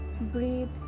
Breathe